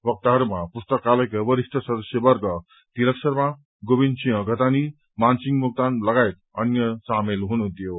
वक्ताहरूमा पुस्तकालयका वरिष्ट सदस्यवर्ग तीलक शर्मा गोविन सिंह घतानी मानसिंह मोक्तान लगायत अ अन्य सामेल हुनुहुन्थ्यो